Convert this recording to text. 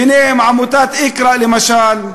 ובהן עמותת "איקרא" למשל,